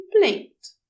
blinked